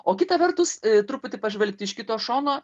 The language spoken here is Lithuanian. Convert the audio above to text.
o kita vertus truputį pažvelgti iš kito šono